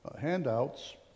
handouts